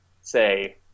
say